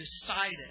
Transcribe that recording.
decided